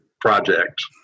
project